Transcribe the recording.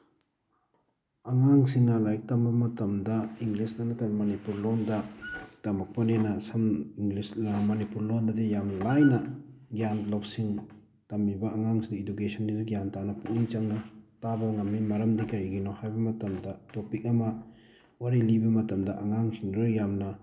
ꯑꯉꯥꯡꯁꯤꯡꯅ ꯂꯥꯏꯔꯤꯛ ꯇꯝꯕ ꯃꯇꯝꯗ ꯏꯪꯂꯤꯁꯇ ꯅꯠꯇꯅ ꯃꯅꯤꯄꯨꯔ ꯂꯣꯟꯗ ꯇꯝꯃꯛꯄꯅꯤꯅ ꯁꯝ ꯏꯪꯂꯤꯁ ꯃꯅꯤꯄꯨꯔ ꯂꯣꯟꯗꯗꯤ ꯌꯥꯝ ꯂꯥꯏꯅ ꯒ꯭ꯌꯥꯟ ꯂꯧꯁꯤꯡ ꯇꯝꯃꯤꯕ ꯑꯉꯥꯡꯁꯤꯡ ꯏꯗꯨꯀꯦꯁꯟꯗꯨ ꯒ꯭ꯌꯥꯟ ꯇꯥꯍꯟꯅꯕ ꯄꯨꯛꯅꯤꯡ ꯆꯪꯅ ꯇꯥꯕ ꯉꯝꯃꯤ ꯃꯔꯝꯗꯤ ꯀꯔꯤꯒꯤꯅꯣ ꯍꯥꯏꯕ ꯃꯇꯝꯗ ꯇꯣꯄꯤꯛ ꯑꯃ ꯋꯥꯔꯤ ꯂꯤꯕ ꯃꯇꯝꯗ ꯑꯉꯥꯡꯁꯤꯡꯗꯨꯗ ꯌꯥꯝꯅ